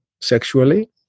sexually